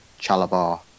Chalabar